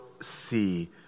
see